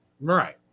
Right